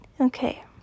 Okay